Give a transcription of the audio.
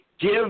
give